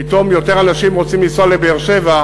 פתאום יותר אנשים רוצים לנסוע לבאר-שבע,